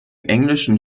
englischen